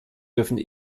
dürfen